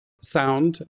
sound